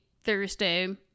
Thursday